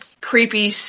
creepy